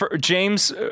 James